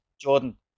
Jordan